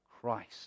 Christ